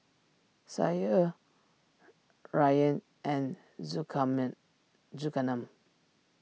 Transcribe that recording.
Syah Ryan and Zulkarnain